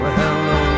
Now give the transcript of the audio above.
hello